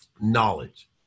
knowledge